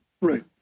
Right